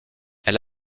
elle